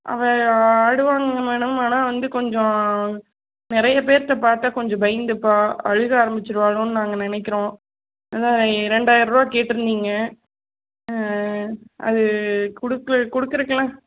அவ ஆடுவாங்க மேடம் ஆனால் வந்து கொஞ்சம் நிறைய பேருகிட்ட பார்த்தா கொஞ்சம் பயந்துப்பா அழுக ஆரமிச்சிருவாளோன்னு நாங்கள் நினைக்கிறோம் அதான் இரண்டாயிரூவா கேட்டுருந்திங்க அது கொடுக்கு கொடுக்குறக்குலாம்